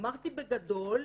אמרתי "בגדול",